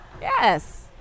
Yes